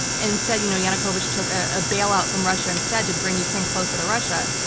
instead you know yanukovych took a bailout from russia instead to bring ukraine closer to russia.